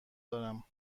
دارم